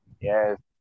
Yes